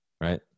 right